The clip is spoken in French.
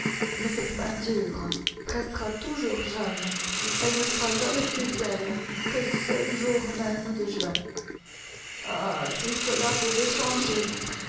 mais cette peinture restera toujours jeune elle ne sera jamais plus vieille que ce jour même de juin ah si cela pouvait changer